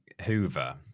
Hoover